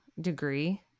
degree